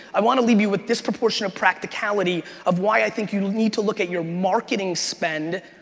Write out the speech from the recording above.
i want to leave you with disproportionate practicality of why i think you need to look at your marketing spend,